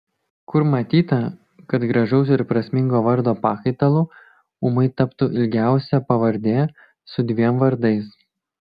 kur matyta kad gražaus ir prasmingo vardo pakaitalu ūmai taptų ilgiausia pavardė su dviem vardais